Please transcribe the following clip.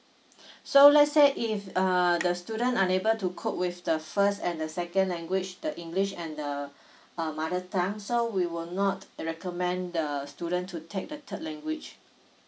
so let's say if uh the student unable to cope with the first and the second language the english and the uh mother tongue so we were not recommend the student to take the third language